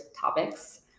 topics